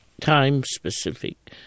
time-specific